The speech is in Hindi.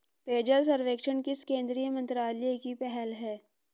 पेयजल सर्वेक्षण किस केंद्रीय मंत्रालय की पहल है?